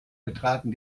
betraten